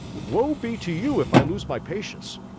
woe be to you, if i lose my patience!